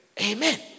Amen